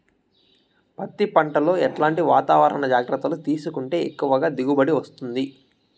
పత్తి పంట లో ఎట్లాంటి వాతావరణ జాగ్రత్తలు తీసుకుంటే ఎక్కువగా దిగుబడి వస్తుంది?